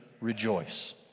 rejoice